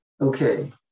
okay